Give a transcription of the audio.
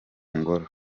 ngoro